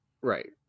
Right